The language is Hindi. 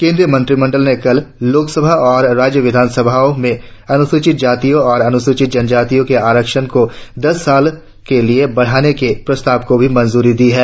केंद्रीय मंत्रिमंडल ने कल लोकसभा और राज्य विधान सभाओं में अनुसूचित जातियों और अनुसूचित जनजातियों के आरक्षण को दस साल के लिए बढ़ाने के प्रस्ताव को मंजूरी दे दी है